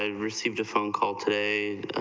ah received a phone call today,